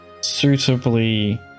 suitably